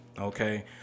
okay